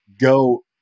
go